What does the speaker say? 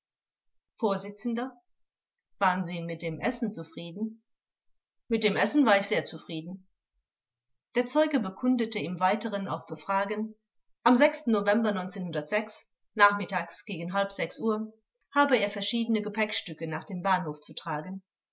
vors waren sie mit dem essen zufrieden zeuge mit dem essen war ich sehr zufrieden der zeuge bekundete im weiteren auf befragen am november nachmittags gegen uhr hatte er verschiedene gepäckstücke nach dem bahnhof zu tragen